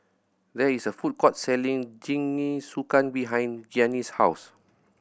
there is a food court selling Jingisukan behind Gianni's house